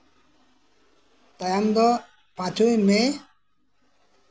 ᱛᱟᱭᱚᱢ ᱫᱚ ᱯᱟᱸᱪᱚᱭ ᱢᱮ